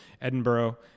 Edinburgh